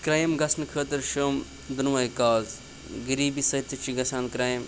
crime گژھنہٕ خٲطرٕ چھِ یِم دُنوَے کاز غریٖبی سۭتۍ تہِ چھِ گژھان کرٛایِم